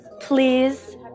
please